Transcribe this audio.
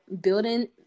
building